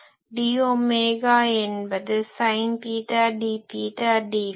dஒமேகா என்பது sine theta dதீட்டா dஃபை